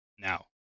Now